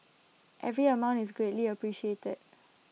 every amount is greatly appreciated